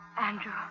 Andrew